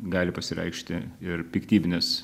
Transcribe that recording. gali pasireikšti ir piktybinis